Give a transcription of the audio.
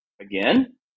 again